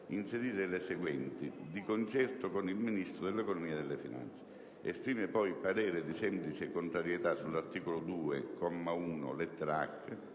inserire le seguenti: "di concerto con il Ministro dell'economia e delle finanze". Esprime poi parere di semplice contrarietà sull'articolo 2, comma 1,